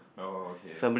oh okay